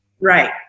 Right